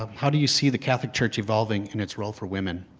ah how do you see the catholic church evolving in its role for women?